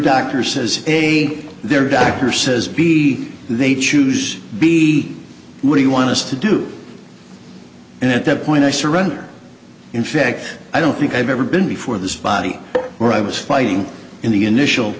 doctor says a their doctor says b they choose b what he wants to do and at that point i surrender in fact i don't think i've ever been before this body or i was fighting in the initial